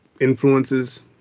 influences